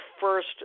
first